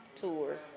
Tours